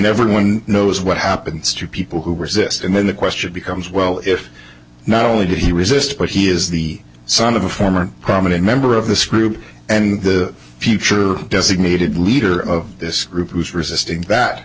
everyone knows what happens to people who resist and then the question becomes well if not only did he resist but he is the son of a former prominent member of the scroope and the future designated leader of this group was resisting that